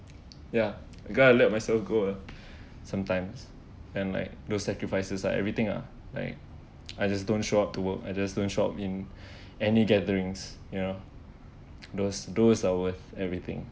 ya because I let myself go sometimes and like those sacrifices like everything uh like I just don't show up to work I just don't shop in any gatherings ya those those are worth everything